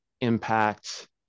impact